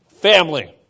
family